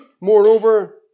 Moreover